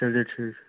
चलिए ठीक है